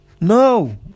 no